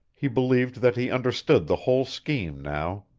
he believed that he understood the whole scheme now.